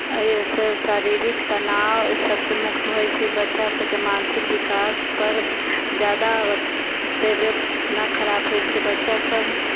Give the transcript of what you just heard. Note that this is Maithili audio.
एहिसँ शारीरिक तनाव सबसे मुक्त होइत छै बच्चा सबके मानसिक विकास पर जादा तबियत नहि खराब होइत छै बच्चा सब